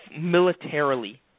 militarily